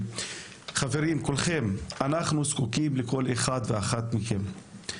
חברים, כולכם, אנחנו זקוקים לכל אחד ואחת מכם.